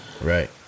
Right